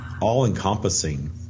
all-encompassing